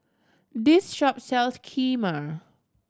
this shop sells Kheema